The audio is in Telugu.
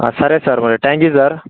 సరే సార్ మరి థాంక్యూ సార్